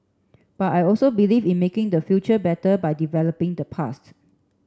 but I also believe in making the future better by developing the past